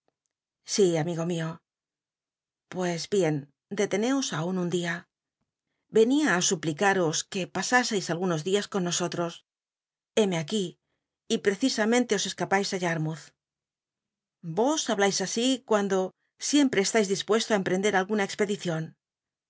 sí amigo mio pues bien deteneos aun un dia ven ia suplicai'os que pasaseis algunos dias con nosotros héme aquí y precisamente os cscapais ü yarmouth vos habla is así cuando sicmprc cst ais dispuesto ü em prender alguna cxpedicion